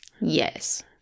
Yes